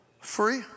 free